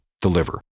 deliver